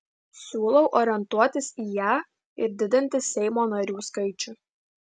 siūlau orientuotis į ją ir didinti seimo narių skaičių